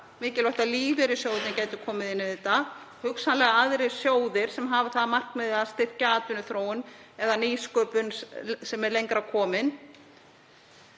mikilvægt að lífeyrissjóðirnir gætu komið inn í þetta, hugsanlega aðrir sjóðir sem hafa það að markmiði að styrkja atvinnuþróun eða nýsköpun sem er lengra komin.